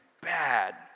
bad